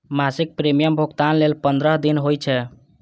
मासिक प्रीमियम भुगतान लेल पंद्रह दिन होइ छै